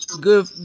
good